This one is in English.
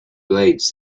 blades